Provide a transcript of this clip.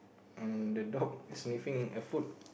uh the dog sniffing a food